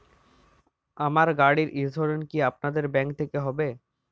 আমার গাড়ির ইন্সুরেন্স কি আপনাদের ব্যাংক এ হবে?